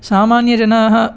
सामान्यजनाः